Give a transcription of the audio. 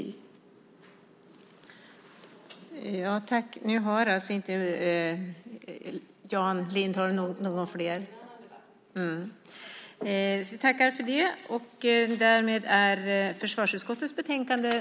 Det kanske vi kan ta upp i en annan debatt.